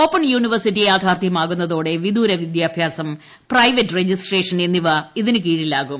open university യാഥാർഥ്യമാകുന്നതോടെ വിദുര വിദ്യാഭ്യാസം പ്രൈവറ്റ് രജിസ്ട്രേഷൻ എന്നിവ ഇതിനു കീഴിലാകും